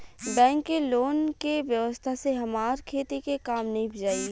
bank के loan के व्यवस्था से हमार खेती के काम नीभ जाई